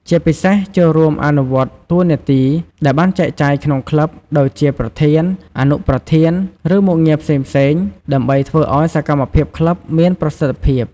ជាពិសេស ចូលរួមអនុវត្តតួនាទីដែលបានចែកចាយក្នុងក្លឹប ដូចជាប្រធាន អនុប្រធាន ឬមុខងារផ្សេងៗ ដើម្បីធ្វើឲ្យសកម្មភាពក្លឹបមានប្រសិទ្ធភាព។